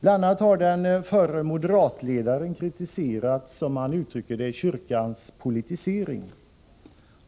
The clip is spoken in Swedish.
Den förre moderatledaren har bl.a. kritiserat, som han uttrycker det, kyrkans politisering.